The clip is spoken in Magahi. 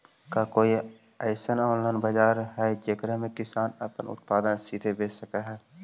का कोई अइसन ऑनलाइन बाजार हई जेकरा में किसान अपन उत्पादन सीधे बेच सक हई?